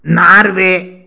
Norway